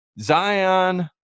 Zion